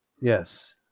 yes